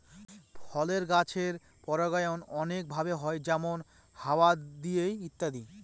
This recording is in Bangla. ফলের গাছের পরাগায়ন অনেক ভাবে হয় যেমন হাওয়া দিয়ে ইত্যাদি